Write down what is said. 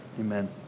Amen